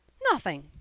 nothing!